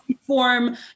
form